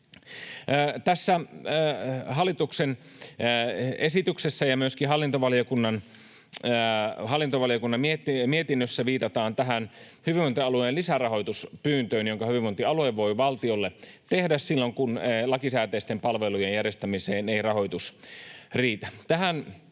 Tässä hallituksen esityksessä ja myöskin hallintovaliokunnan mietinnössä viitataan tähän hyvinvointialueen lisärahoituspyyntöön, jonka hyvinvointialue voi valtiolle tehdä silloin, kun lakisääteisten palvelujen järjestämiseen ei rahoitus riitä.